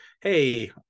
hey